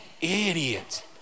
idiot